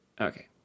okay